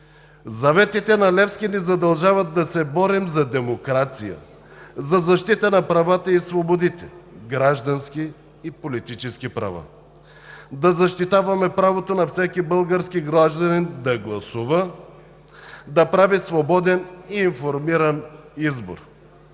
Заветите на Левски ни задължават да се борим за демокрация, за защита на правата и свободите – граждански и политически права, да защитаваме правото на всеки български гражданин да гласува, да прави свободен и информиран избор.